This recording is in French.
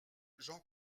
j’en